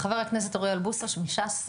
חבר הכנסת אוריאל בוסו מש"ס.